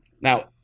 Now